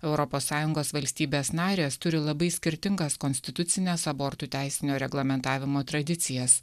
europos sąjungos valstybės narės turi labai skirtingas konstitucines abortų teisinio reglamentavimo tradicijas